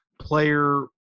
player